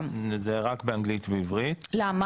זה השפות.